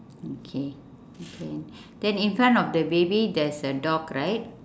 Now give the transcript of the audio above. okay okay then in front of the baby there is a dog right